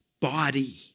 body